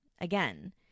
again